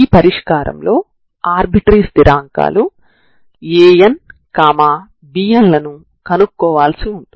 ξη కాబట్టి ఇది u2 అవుతుంది మరియు దీని విలువ 0 అవుతుంది